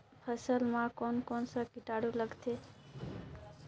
फसल मा कोन कोन सा कीटाणु लगथे?